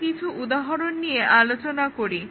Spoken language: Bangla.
আমরা কিছু উদাহরণ নিয়ে আলোচনা করি